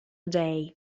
day